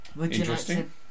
interesting